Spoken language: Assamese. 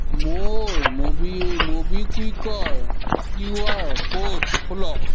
মোৰ মবি ম'বিকুইকৰ কিউআৰ ক'ড খোলক